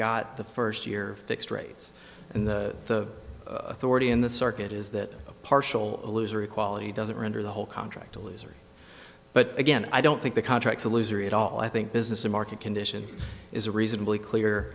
got the first year fixed rates and the authority in the circuit is that a partial a loser equality doesn't render the whole contract a loser but again i don't think the contracts a loser at all i think business the market conditions is a reasonably clear